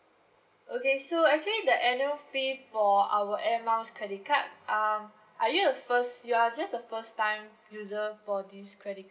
okay so actually the annual fee for our air miles credit card uh are you a first you are just a first time user for this credit